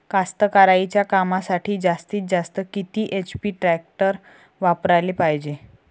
कास्तकारीच्या कामासाठी जास्तीत जास्त किती एच.पी टॅक्टर वापराले पायजे?